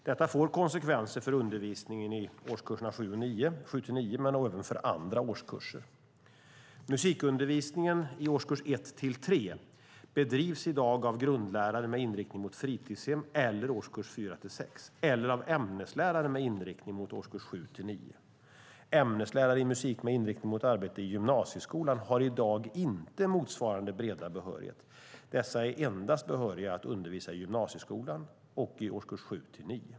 Detta får konsekvenser för undervisningen i årskurs 7-9 men även för andra årskurser. Musikundervisningen i årskurs 1-3 bedrivs i dag av grundlärare med inriktning mot fritidshem eller årskurs 4-6, eller av ämneslärare med inriktning mot årskurs 7-9. Ämneslärare i musik med inriktning mot arbete i gymnasieskolan har i dag inte motsvarande breda behörighet, och dessa är endast behöriga att undervisa i gymnasieskolan och i årskurs 7-9.